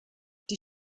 die